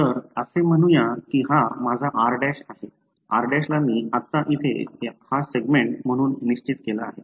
तर असे म्हणूया कि हा माझा r' आहे r' ला मी आत्ता इथे हा सेगमेंट म्हणून निश्चित केलं आहे